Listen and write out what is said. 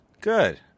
Good